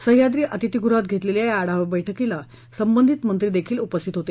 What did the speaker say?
सह्याद्री अतिथीगृहात घेतलेल्या या आढावा बैठकीला संबंधित मंत्रीदेखील उपस्थित होते